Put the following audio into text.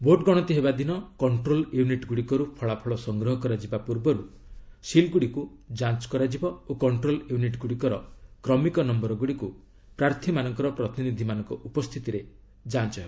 vote ଗଣତି ହେବା ଦିନ କକ୍ଷ୍ଟ୍ରୋଲ୍ ୟୁନିଟ୍ ଗୁଡ଼ିକରୁ ଫଳାଫଳ ସଂଗ୍ରହ କରାଯିବା ପୂର୍ବରୁ ସିଲ୍ଗୁଡ଼ିକୁ ଯାଞ୍ଚ କରାଯିବ ଓ କଣ୍ଟ୍ରୋଲ ୟୁନିଟ୍ଗୁଡ଼ିକର କ୍ରମିକ ନୟରଗୁଡ଼ିକୁ ପ୍ରାର୍ଥୀମାନଙ୍କର ପ୍ରତିନିଧିମାନଙ୍କ ଉପସ୍ଥିତିରେ ଯାଞ୍ଚ ହେବ